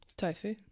Tofu